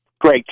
Great